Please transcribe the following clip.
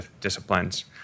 disciplines